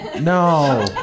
No